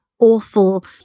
awful